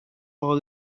all